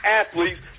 athletes